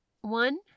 one